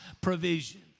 provision